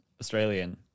Australian